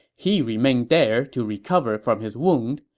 he remained there to recover from his wound.